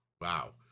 wow